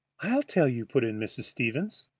i'll tell you, put in mrs. stevens.